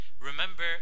Remember